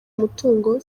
umutungo